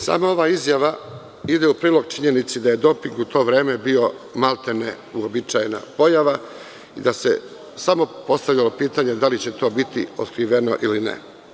Sama ova izjava ide u prilog činjenici da je doping u to vreme bio, maltene uobičajena pojava i da se samo postavljalo pitanje da li će to biti otkriveno ili ne.